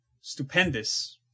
stupendous